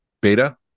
Beta